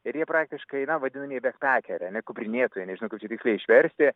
ir jie praktiškai na vadinamieji bepeker ane kuprinėtojai nežinau kaip čia tiksliai išversti